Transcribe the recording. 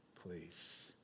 please